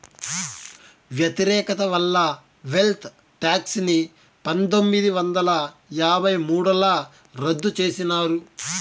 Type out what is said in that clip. వ్యతిరేకత వల్ల wealth tax ని పందొమ్మిది వందల యాభై మూడుల రద్దు చేసినారు